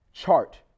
chart